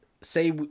say